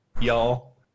y'all